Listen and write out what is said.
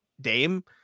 Dame